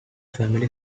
family